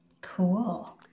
Cool